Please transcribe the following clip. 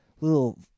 little